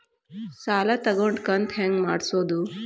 ಸಾಲ ತಗೊಂಡು ಕಂತ ಹೆಂಗ್ ಮಾಡ್ಸೋದು?